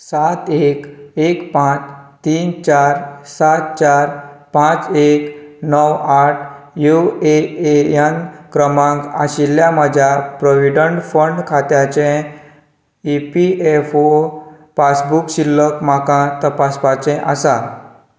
सात एक एक पांच तीन चार सात चार पांच एक णव आठ यु ए ए न क्रमांक आशिल्ल्या म्हज्या प्रॉव्हिडंट फंड खात्याचें E P F O passbook शिल्लक म्हाका तपासपाचें आसा